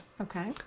Okay